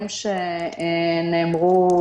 שנאמרו,